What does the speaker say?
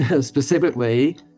specifically